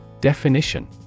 Definition